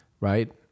right